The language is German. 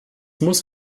muss